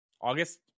August